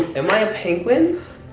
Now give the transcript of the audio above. am i a penguin?